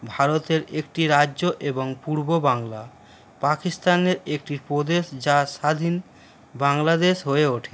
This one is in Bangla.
ভারতের একটি রাজ্য এবং পূর্ব বাংলা পাকিস্তানের একটি প্রদেশ যা স্বাধীন বাংলাদেশ হয়ে ওঠে